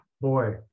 boy